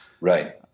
Right